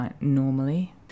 normally